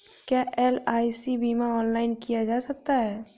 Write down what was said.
क्या एल.आई.सी बीमा ऑनलाइन किया जा सकता है?